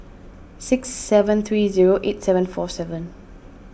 six seven three zero eight seven four seven